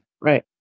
Right